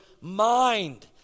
mind